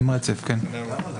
ההסתייגות הוסרה.